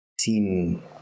seen